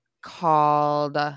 called